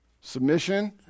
Submission